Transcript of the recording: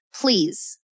please